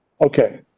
Okay